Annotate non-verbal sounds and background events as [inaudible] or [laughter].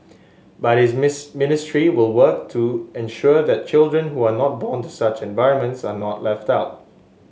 but his [unintelligible] ministry will work to ensure that children who are not born to such environments are not left out